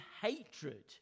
hatred